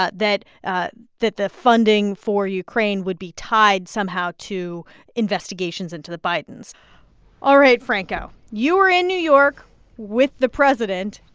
ah that ah that the funding for ukraine would be tied somehow to investigations into the bidens all right, franco. you were in new york with the president.